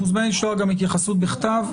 את מוזמנת לשלוח גם התייחסות בכתב.